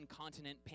continent